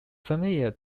similar